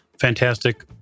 fantastic